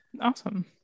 Awesome